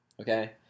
Okay